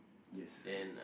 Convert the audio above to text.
yes